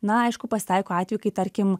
na aišku pasitaiko atvejų kai tarkim